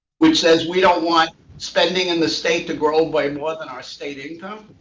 which says we don't want spending in the state to grow by more than our state income,